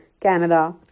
Canada